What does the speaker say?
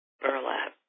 burlap